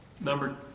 number